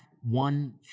one